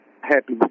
happy